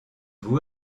vous